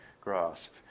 grasp